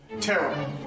terrible